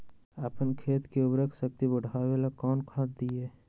अपन खेत के उर्वरक शक्ति बढावेला कौन खाद दीये?